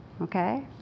okay